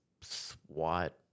SWAT